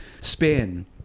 Spain